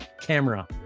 camera